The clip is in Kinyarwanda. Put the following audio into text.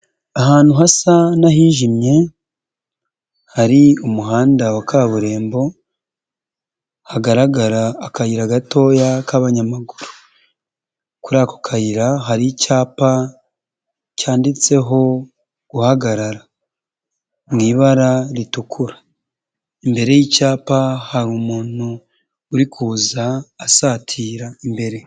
Ahantu hasa n'ahijimye hari umuhanda wa kaburimbo, hagaragara akayira gatoya k'abanyamaguru, kuri ako kayira hari icyapa cyanditseho guhagarara mu ibara ritukura, imbere y'icyapa hari umuntu uri kuza asatira imbere.